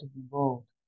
involved